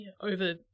over